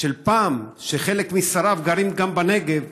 של פעם, שחלק משריו גרים בנגב,